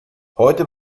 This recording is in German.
heute